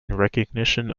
recognition